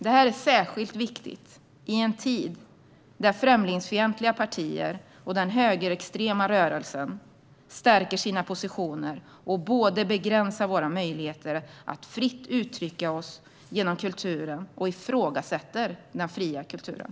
Detta är särskilt viktigt i en tid där främlingsfientliga partier och den högerextrema rörelsen stärker sina positioner och både begränsar våra möjligheter att fritt uttrycka oss genom kulturen och ifrågasätter den fria kulturen.